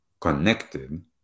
connected